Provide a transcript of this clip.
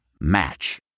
Match